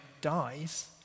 dies